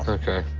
ok.